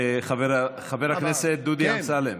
חבר הכנסת דודי אמסלם,